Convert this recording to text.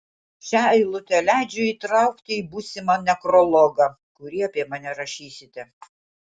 šią eilutę leidžiu įtraukti į būsimą nekrologą kurį apie mane rašysite